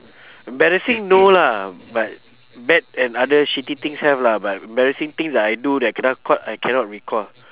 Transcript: embarrassing no lah but bad and other shitty things have lah but embarrassing thing that I do that I kena caught I cannot recall